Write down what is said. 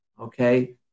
Okay